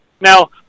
Now